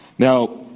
Now